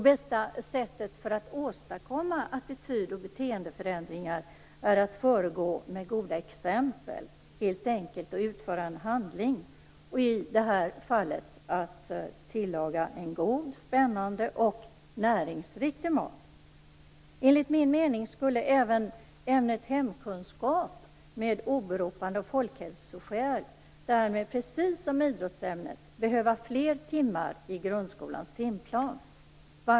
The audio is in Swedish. Bästa sättet att åstadkomma attityd och beteendeförändringar är att föregå med goda exempel, helt enkelt att utföra en handling, i det här fallet att tillaga en god, spännande och näringsriktig mat. Enligt min mening skulle även ämnet hemkunskap med åberopande av folkhälsoskäl precis som idrottsämnet behöva fler timmar på grundskolans timplan.